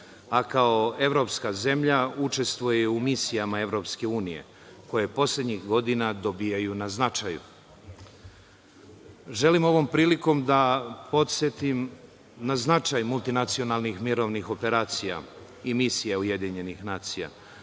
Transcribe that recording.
a kao evropska zemlja učestvuje i u misijama EU, koje poslednjih godina dobijaju na značaju. Želim ovom prilikom da podsetim na značaj multinacionalnih mirovnih operacija i misija UN koje